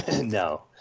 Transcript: No